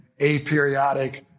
aperiodic